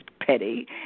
petty